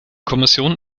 kommission